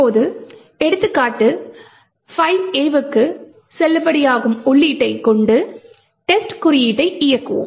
இப்போது எடுத்துக்காட்டு 5A க்கு செல்லுபடியாகும் உள்ளீட்டைக் கொண்டு டெஸ்ட் குறியீட்டை இயக்குவோம்